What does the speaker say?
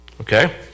Okay